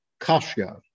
Kashya